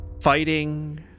fighting